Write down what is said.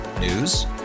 News